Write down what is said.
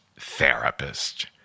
therapist